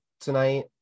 tonight